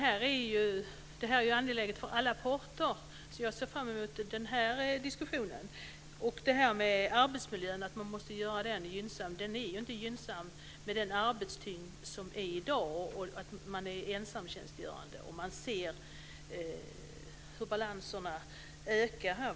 Fru talman! Det här är angeläget för alla parter, så jag ser fram emot den här diskussionen. Sedan måste man göra arbetsmiljön gynnsam. Den är ju inte gynnsam med den arbetstyngd som är i dag och med ensamtjänstgörande. Man ser hur obalanserna ökar här.